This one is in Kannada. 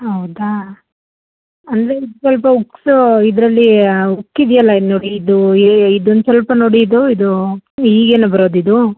ಹೌದಾ ಅಂದರೆ ಇದು ಸ್ವಲ್ಪ ಉಕ್ಸ್ ಇದರಲ್ಲಿ ಹುಕ್ ಇದೆಯಲ್ಲ ಇಲ್ಲಿ ನೋಡಿ ಇದು ಇದೊಂದು ಸ್ವಲ್ಪ ನೋಡಿ ಇದು ಇದು ಹೀಗೆನೆ ಬರೋದು ಇದು